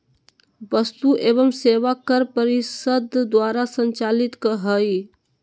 वस्तु एवं सेवा कर परिषद द्वारा संचालित हइ